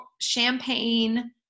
champagne